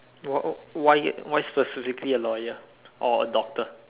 why why why why specifically a lawyer or a doctor